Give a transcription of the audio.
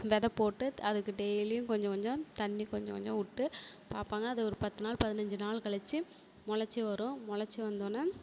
வெதை போட்டு அதுக்கு டெய்லியும் கொஞ்சம் கொஞ்சம் தண்ணி கொஞ்சம் கொஞ்சம் விட்டு பார்ப்பாங்க அது ஒரு பத்து நாள் பதினஞ்சு நாள் கழிச்சி முளச்சி வரும் முளச்சி வந்தொடன்னே